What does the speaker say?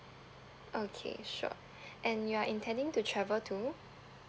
okay sure and you are intending to travel to